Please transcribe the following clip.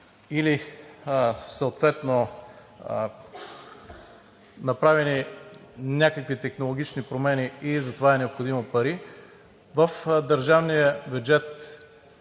или съответно направени някакви технологични промени и за това са необходими пари, в държавния бюджет